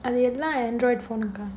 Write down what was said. அது எதுல:adhu edhula android phone